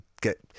get